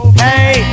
hey